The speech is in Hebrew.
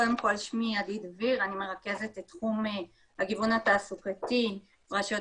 אני מרכזת את תחום הגיוון התעסוקתי ברשויות